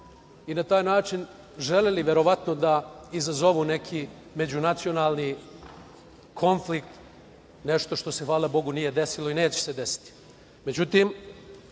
Na taj način želeli da izazovu neki međunacionalni konflikt, nešto što se hvala Bogu nije desilo i neće se